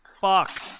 fuck